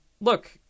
Look